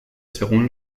según